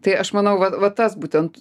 tai aš manau va va tas būtent